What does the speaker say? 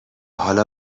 حالا